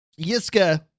Yiska